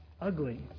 ugly